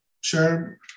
sure